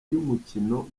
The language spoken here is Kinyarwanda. y’umukino